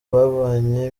bavanye